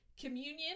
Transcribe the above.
Communion